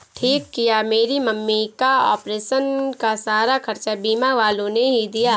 ठीक किया मेरी मम्मी का ऑपरेशन का सारा खर्चा बीमा वालों ने ही दिया